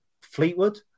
Fleetwood